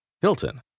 Hilton